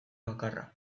bakarra